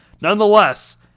Nonetheless